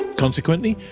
consequently,